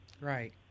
Right